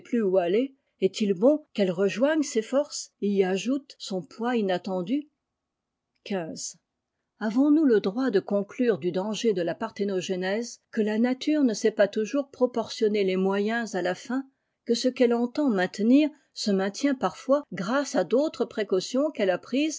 est-il bon qu'elle rejoigne ces forces et y ajoute son poids inattendu xv avons-nous le droit de conclure du danger delà parthénogenèse que la nature ne sait pas toujours proportionner les moyens à la sa que qu'elle entend maintenir se maintient parfois âce à d'autres précautions qu'elle a prises